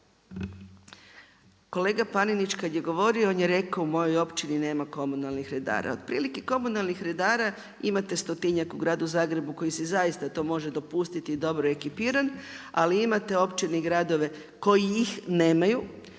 Kolega Panenić kad je govorio, on je rekao, u mojoj općini nema komunalnih redara. Otprilike komunalnih redara imate 100-tinjak, u Gradu Zagrebu koji se zaista to može dopustiti i dobro ekipiran. Ali, imate općine i gradove koji ih nemaju